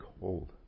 cold